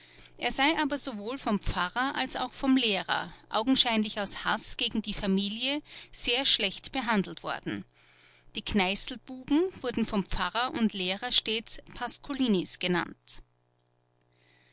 er sei aber sowohl vom pfarrer als auch vom lehrer augenscheinlich aus haß gegen die familie sehr schlecht behandelt worden die kneißl buben wurden vom pfarrer und lehrer stets pascolinis genannt